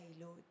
Lord